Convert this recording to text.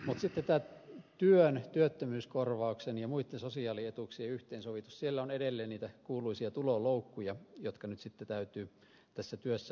mutta sitten tämä työn työttömyyskorvauksen ja muitten sosiaalietuuksien yhteensovitus siellä on edelleen niitä kuuluisia tuloloukkuja jotka nyt sitten täytyy tässä työssä raivata